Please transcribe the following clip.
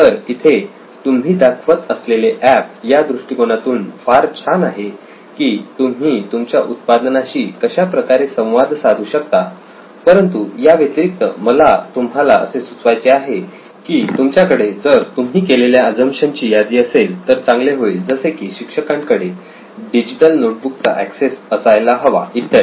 तर इथे तुम्ही दाखवत असलेले एप या दृष्टिकोनातून फार छान आहे की तुम्ही तुमच्या उत्पादनाशी कशा प्रकारे संवाद साधता परंतु या व्यतिरिक्त मला तुम्हाला असे सुचवायचे आहे की तुमच्याकडे जर तुम्ही केलेल्या अझम्पशन ची यादी असेल तर चांगले होईल जसे की शिक्षकांकडे डिजिटल नोटबुक चा ऍक्सेस असायला हवा इत्यादी